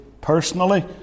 personally